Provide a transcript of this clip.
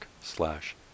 slash